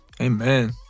Amen